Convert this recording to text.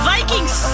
Vikings